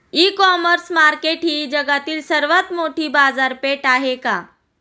इ commerce market ही जगातील सर्वात मोठी बाजारपेठ आहे का?